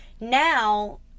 now